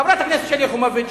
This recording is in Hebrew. חברת הכנסת שלי יחימוביץ,